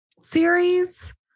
series